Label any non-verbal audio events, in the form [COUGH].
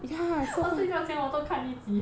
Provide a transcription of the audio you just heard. [LAUGHS] 我睡着觉我都看一集 eh